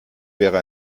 wäre